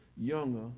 younger